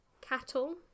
cattle